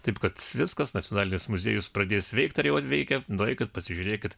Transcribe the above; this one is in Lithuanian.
taip kad viskas nacionalinis muziejus pradės veikti ar jau veikia nueikit pasižiūrėkit